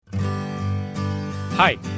Hi